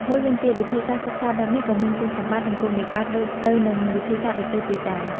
មួយវិញទៀតវិធីសាស្ត្រសិក្សាបែបនេះក៏មានគុណសម្បត្តិ និងគុណវិបត្តិដូចទៅនឹងវិធីសាស្ត្រដទៃទៀតដែរ។